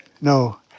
No